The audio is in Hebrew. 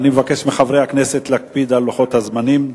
אני מבקש מחברי הכנסת להקפיד על לוחות הזמנים.